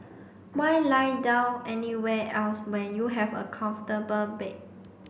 why lie down anywhere else when you have a comfortable bed